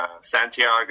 Santiago